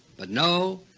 but no,